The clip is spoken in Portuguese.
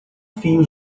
fio